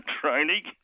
training